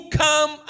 come